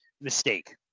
mistake